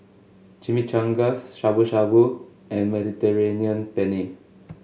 Chimichangas Shabu Shabu and Mediterranean Penne